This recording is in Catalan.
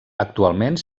actualment